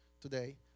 today